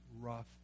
rough